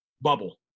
bubble